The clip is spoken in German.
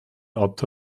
auto